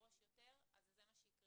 וידרוש יותר אז זה מה שיקרה.